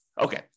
Okay